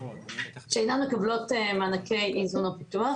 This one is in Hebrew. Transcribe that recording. שאינן מקבלות מענקי איזון או פיתוח.